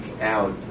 out